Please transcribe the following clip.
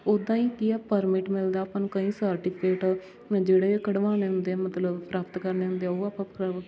ਉੱਦਾਂ ਹੀ ਕੀ ਹੈ ਪਰਮਿਟ ਮਿਲਦਾ ਆਪਾਂ ਨੂੰ ਕਈ ਸਰਟੀਫਿਕੇਟ ਨੇ ਜਿਹੜੇ ਕੱਢਵਾਉਣੇ ਹੁੰਦੇ ਮਤਲਬ ਪ੍ਰਾਪਤ ਕਰਨੇ ਹੁੰਦੇ ਉਹ ਆਪਾਂ ਪ੍ਰ